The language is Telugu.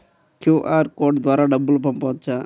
క్యూ.అర్ కోడ్ ద్వారా డబ్బులు పంపవచ్చా?